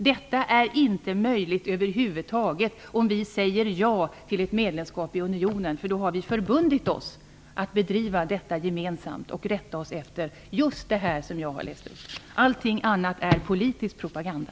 Detta är inte möjligt över huvud taget om vi säger ja till ett medlemskap i unionen, för då har vi förbundit oss att driva detta gemensamt och rätta oss efter just det som jag har läst upp. Allting annat är politisk propaganda.